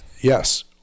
yes